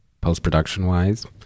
post-production-wise